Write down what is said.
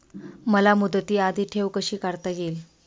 मला मुदती आधी ठेव कशी काढता येईल?